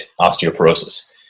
osteoporosis